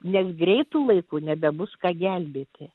nes greitu laiku nebebus ką gelbėti